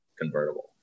convertible